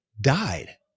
Died